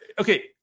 okay